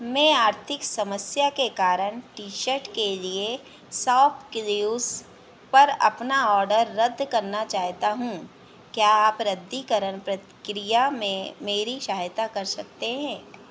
मैं आर्थिक समस्या के कारण टी शर्ट के लिए शॉपक्लूज़ पर अपना ऑर्डर रद्द करना चाहता हूँ क्या आप रद्दीकरण प्रक्रिया में मेरी सहायता कर सकते हैं